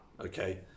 Okay